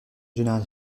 général